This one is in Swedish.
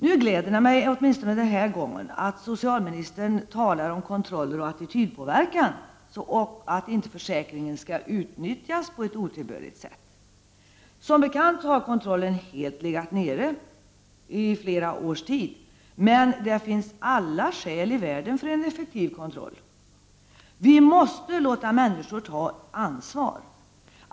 Det gläder mig att socialministern denna gång talar om kontroller och attitydpåverkan och att försäkringen inte skall utnyttjas på ett otillbörligt sätt. Som bekant har kontrollen i flera års tid legat helt nere, men det finns alla skäl i världen för en effektiv kontroll. Vi måste låta människor ta ansvar.